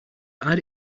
add